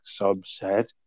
subset